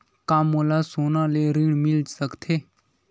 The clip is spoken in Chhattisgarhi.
का मोला सोना ले ऋण मिल सकथे?